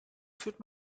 führt